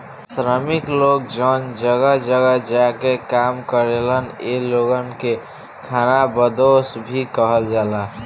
श्रमिक लोग जवन जगह जगह जा के काम करेलन ए लोग के खानाबदोस भी कहल जाला